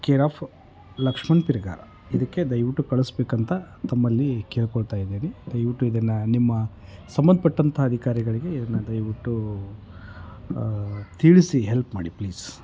care of Laxman ಪಿರ್ಗಾರ ಇದಕ್ಕೆ ದಯವಿಟ್ಟು ಕಳಿಸ್ಬೇಕಂತ ತಮ್ಮಲ್ಲಿ ಕೇಳಿಕೊಳ್ತಾ ಇದ್ದೀನಿ ದಯವಿಟ್ಟು ಇದನ್ನು ನಿಮ್ಮ ಸಂಬಂಧಪಟ್ಟಂತ ಅಧಿಕಾರಿಗಳಿಗೆ ಇದನ್ನು ದಯವಿಟ್ಟು ತಿಳಿಸಿ ಹೆಲ್ಪ್ ಮಾಡಿ ಪ್ಲೀಸ್